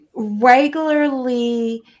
regularly